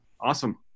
Awesome